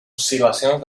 oscil·lacions